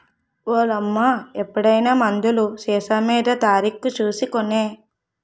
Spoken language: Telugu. ఓలమ్మా ఎప్పుడైనా మందులు సీసామీద తారీకు సూసి కొనే